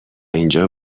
اینجا